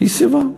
היא סירבה.